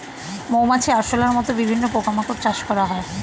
মৌমাছি, আরশোলার মত বিভিন্ন পোকা মাকড় চাষ করা হয়